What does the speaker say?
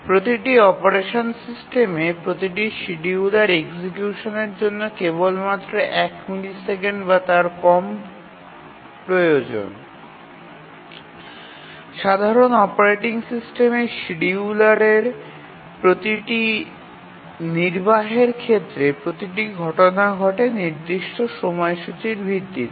প্রতিটি অপারেশন সিস্টেমে প্রতিটি শিডিয়ুলার এক্সিকিউশনের জন্য কেবলমাত্র এক মিলিসেকেন্ড বা তার কম প্রয়োজন সাধারণ অপারেটিং সিস্টেমে শিডিয়ুলের প্রতিটি নির্বাহের ক্ষেত্রে প্রতিটি ঘটনা ঘটে নির্দিষ্ট সময়সূচীর ভিত্তিতে